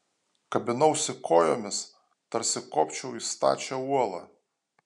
kabinausi kojomis tarsi kopčiau į stačią uolą